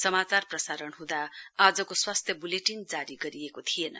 समाचार प्रसारण हुँदा आजको स्वास्थ्य वुलेटिन जारी गरिएको थिएन